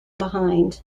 behind